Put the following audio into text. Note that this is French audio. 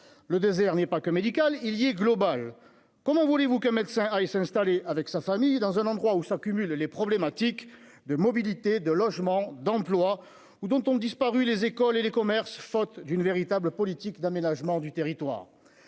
le désert n'est pas que médical, il y est, comment voulez-vous qu'un médecin, il s'installer avec sa famille dans un endroit où s'accumulent les problématiques de mobilité, de logement, d'emploi ou dont on disparu, les écoles et les commerces, faute d'une véritable politique d'aménagement du territoire,